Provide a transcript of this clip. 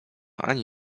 ani